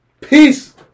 Peace